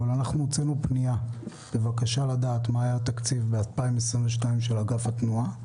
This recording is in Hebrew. אבל הוצאנו פנייה בבקשה לדעת מה היה התקציב של אגף התנועה ב-2022,